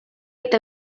eta